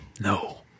No